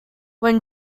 when